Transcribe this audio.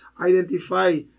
identify